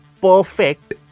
perfect